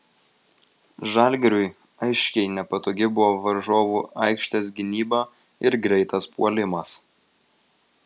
žalgiriui aiškiai nepatogi buvo varžovų aikštės gynyba ir greitas puolimas